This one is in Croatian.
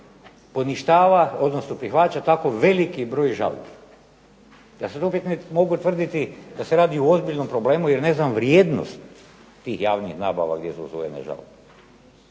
poništava, odnosno prihvaća tako veliki broj žalbi? Ja sad opet mogu tvrditi da se radi o ozbiljnom problemu jer ne znam vrijednost tih javnih nabava gdje su usvojene žalbe.